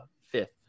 fifth